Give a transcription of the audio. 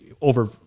over